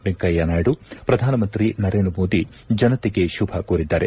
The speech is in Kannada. ವೆಂಕಯ್ಕ ನಾಯ್ಡು ಶ್ರಧಾನಮಂತ್ರಿ ನರೇಂದ್ರ ಮೋದಿ ಜನತೆಗೆ ಶುಭ ಕೋರಿದ್ದಾರೆ